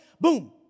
boom